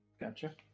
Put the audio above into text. Gotcha